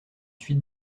suite